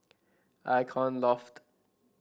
Icon Loft